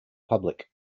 public